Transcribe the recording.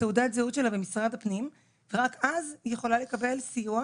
שלה בתעודת הזהות שלה במשרד הפנים ורק אז היא יכולה לקבל סיוע